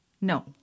no